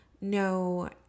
no